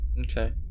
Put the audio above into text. Okay